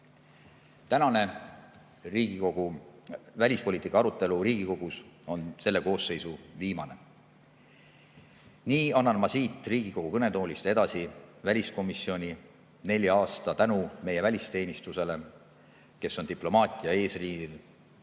Tänane välispoliitika arutelu Riigikogus on selle koosseisu viimane. Nii annan ma siit Riigikogu kõnetoolist edasi väliskomisjoni nelja aasta tänu meie välisteenistusele, kes on diplomaatia eesliinil;